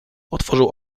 otworzył